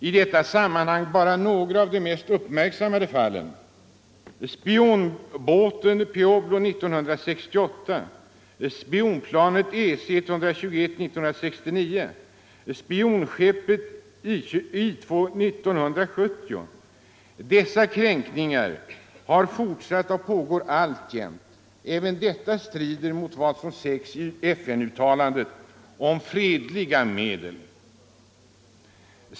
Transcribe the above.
I detta sammanhang bara några av de mest uppmärksammade fallen: Spionbåten Pueblo år 1968, spionplanet EC 121 år 1969, spionskeppet 1-2 år 1970. Dessa kränkningar har fortsatt och pågår alltjämt. Även detta strider mot vad som sägs i FN-uttalandet om ”fredliga medel”.